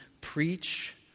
preach